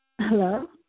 Hello